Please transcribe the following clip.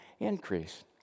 increase